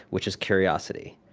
which is curiosity,